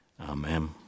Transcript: Amen